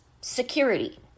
security